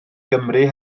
gymru